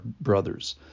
brothers